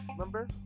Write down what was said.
Remember